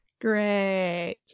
Great